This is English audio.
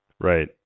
Right